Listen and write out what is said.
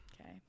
Okay